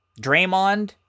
Draymond